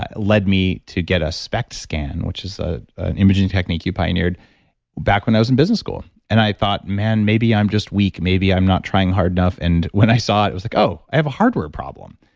led me to get a spect scan which is ah an imaging technique you pioneered back when i was in business school. and i thought, man, maybe i'm just weak. maybe, i'm not trying hard enough. and when i saw it, i was like, oh, i have a hardware problem.